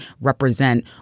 represent